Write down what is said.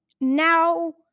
now